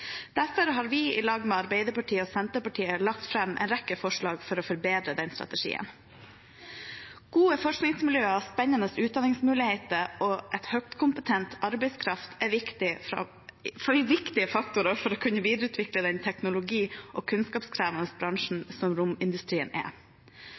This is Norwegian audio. Derfor har vi i lag med Arbeiderpartiet og Senterpartiet lagt fram en rekke forslag for å forbedre strategien. Gode forskningsmiljøer, spennende utdanningsmuligheter og høykompetent arbeidskraft er viktige faktorer for å kunne videreutvikle den teknologi- og kunnskapskrevende bransjen